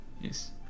Yes